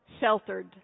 sheltered